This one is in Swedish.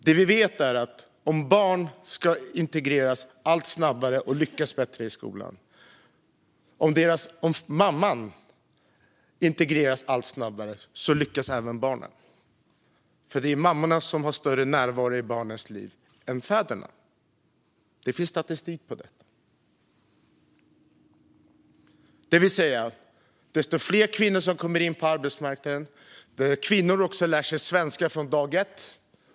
Det vi vet är att barn till mammor som integreras snabbare själva integreras snabbare och lyckas bättre i skolan. Mammorna har större närvaro i barnens liv än fäderna. Det finns statistik på det. Ju fler kvinnor som kommer in på arbetsmarknaden, desto bättre. De ska också lära sig svenska från dag ett.